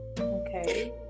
okay